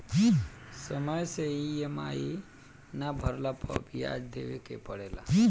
समय से इ.एम.आई ना भरला पअ बियाज देवे के पड़ेला